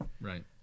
Right